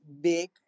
big